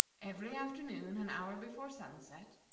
every afternoon, an hour before sunset,